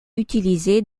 utilisé